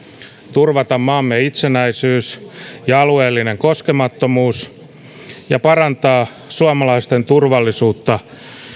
turvata maamme itsenäisyys ja alueellinen koskemattomuus ja parantaa suomalaisten turvallisuutta